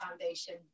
Foundation